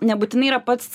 nebūtinai yra pats